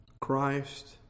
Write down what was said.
Christ